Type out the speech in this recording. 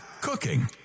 cooking